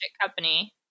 company